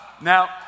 Now